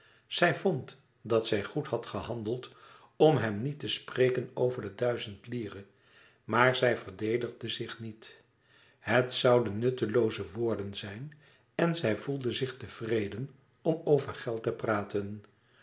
zij vond dat zij goed had gehandeld om hem niet te spreken over de duizend lire maar zij verdedigde zich niet het zouden nuttelooze woorden zijn en zij voelde zich te tevreden om over geld te praten